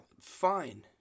Fine